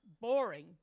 boring